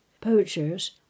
poachers